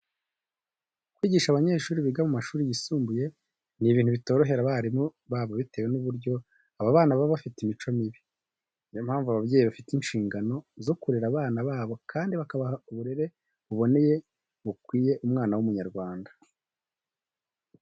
Kwigisha abanyeshuri biga mu mashuri yisumbuye ni ibintu bitorohera abarimu babo bitewe n'uburyo aba bana baba bafite imico mibi. Ni yo mpamvu ababyeyi bafite inshingano zo kurera abana babo kandi bakabaha uburere buboneye bukwiye umwana w'Umunyarwanda.